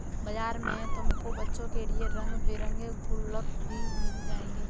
बाजार में तुमको बच्चों के लिए रंग बिरंगे गुल्लक भी मिल जाएंगे